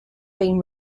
been